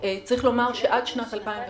צריך לומר שעד שנת 2015,